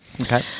Okay